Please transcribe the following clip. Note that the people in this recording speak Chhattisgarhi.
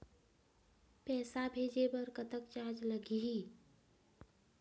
पैसा भेजे बर कतक चार्ज लगही?